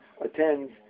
attends